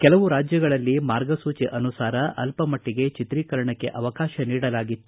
ಕೆಲವು ರಾಜ್ಯಗಳಲ್ಲಿ ಮಾರ್ಗಸೂಚಿ ಅನುಸಾರ ಅಲ್ಲಮಟ್ಟಿಗೆ ಚಿತ್ರೀಕರಣಕ್ಕೆ ಅವಕಾಶ ನೀಡಲಾಗಿತ್ತು